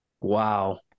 Wow